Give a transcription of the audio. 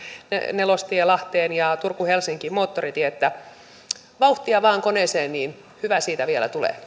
nelostie lahteen ja turku helsinki moottoritie niin vauhtia vain koneeseen niin hyvä siitä vielä tulee